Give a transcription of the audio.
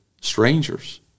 strangers